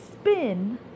spin